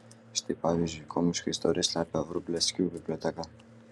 štai pavyzdžiui komišką istoriją slepia vrublevskių biblioteka